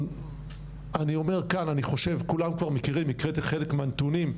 אני חושב שכולם כבר מכירים את חלק מהנתונים.